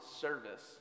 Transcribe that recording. service